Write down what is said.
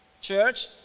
Church